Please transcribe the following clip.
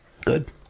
Good